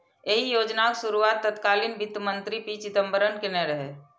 एहि योजनाक शुरुआत तत्कालीन वित्त मंत्री पी चिदंबरम केने रहै